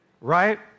right